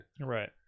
Right